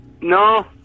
No